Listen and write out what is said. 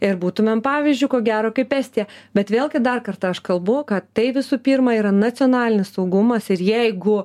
ir būtumėm pavyzdžiu ko gero kaip estija bet vėlgi dar kartą aš kalbu kad tai visų pirma yra nacionalinis saugumas ir jeigu